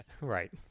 Right